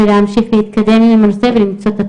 ולהמשיך להתקדם כדי למצוא את הפתרונות.